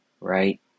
right